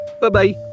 bye-bye